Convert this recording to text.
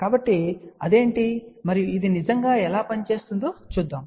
కాబట్టి అది ఏమిటి మరియు ఇది నిజంగా ఎలా పనిచేస్తుందో చూద్దాం